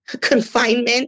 confinement